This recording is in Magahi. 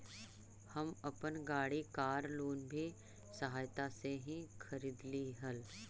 हम अपन गाड़ी कार लोन की सहायता से ही खरीदली हल